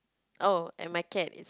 oh and my cat